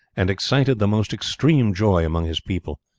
and excited the most extreme joy among his people,